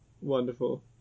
Wonderful